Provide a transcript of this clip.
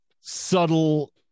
subtle